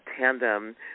tandem